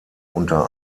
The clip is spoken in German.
unter